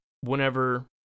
whenever